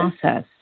process